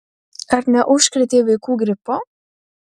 ar neužkrėtei vaikų gripu